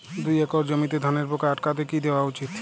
দুই একর জমিতে ধানের পোকা আটকাতে কি দেওয়া উচিৎ?